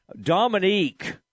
Dominique